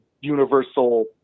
universal